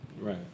Right